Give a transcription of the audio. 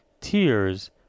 tears